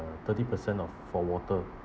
uh thirty percent off for water